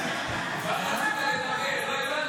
לא הבנתי.